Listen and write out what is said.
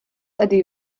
ydy